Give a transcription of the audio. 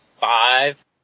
five